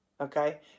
okay